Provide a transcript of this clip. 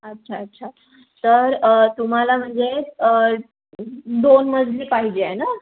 अच्छा अच्छा तर तुम्हाला म्हणजे दोन मजली पाहिजे आहे ना